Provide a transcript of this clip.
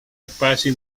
espacio